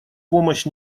помощь